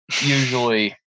usually